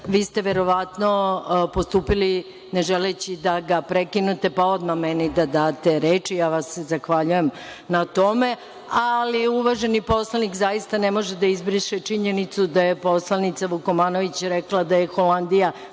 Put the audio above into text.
vi ste verovatno postupili ne želeći da ga prekinete i da odmah meni date reč i ja vam se na tome zahvaljujem. Ali, uvaženi poslanik zaista ne može da izbriše činjenicu da je poslanica Vukomanović rekla da je Holandija